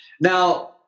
Now